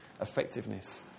effectiveness